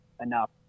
enough